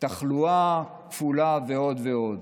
תחלואה כפולה ועוד ועוד.